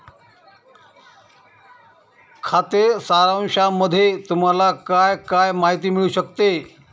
खाते सारांशामध्ये तुम्हाला काय काय माहिती मिळू शकते?